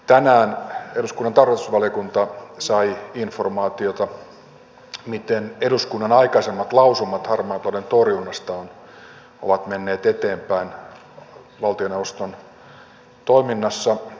tänään eduskunnan tarkastusvaliokunta sai informaatiota miten eduskunnan aikaisemmat lausumat harmaan talouden torjunnasta ovat menneet eteenpäin valtioneuvoston toiminnassa